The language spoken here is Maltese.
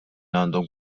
għandhom